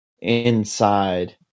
inside